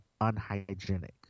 unhygienic